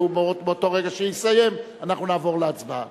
ובאותו רגע שהוא יסיים אנחנו נעבור להצבעה.